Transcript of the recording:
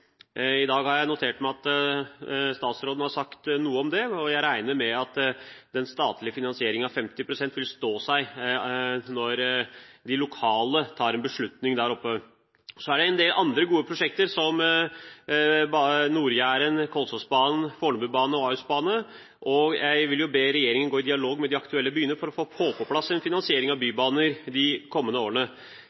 I dag har jeg notert meg at statsråden har sagt noe om dette, og jeg regner med at den statlige finansieringen på 50 pst. vil stå seg når de lokale tar en beslutning. Så er det en del andre gode prosjekter, som bybane på Nord-Jæren, Kolsåsbanen, Fornebubanen og bane til Ahus. Jeg vil be regjeringen om å gå i dialog med de aktuelle byene for å få på plass en finansiering av bybaner i de kommende årene.